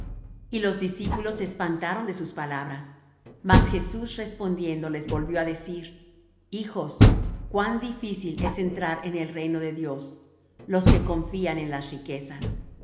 y los discípulos se espantaron de sus palabras mas jesús respondiendo les volvió á decir hijos cuán dificil es entrar en el reino de dios los que confían en las riquezas más